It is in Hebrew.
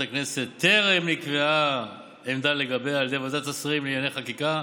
הכנסת טרם נקבעה עמדה לגביה על ידי ועדת השרים לענייני חקיקה,